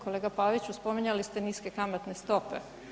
Kolega Pavić, spominjali ste niske kamatne stope.